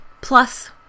Plus